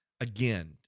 again